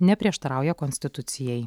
neprieštarauja konstitucijai